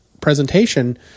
presentation